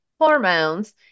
hormones